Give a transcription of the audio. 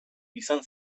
izan